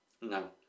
No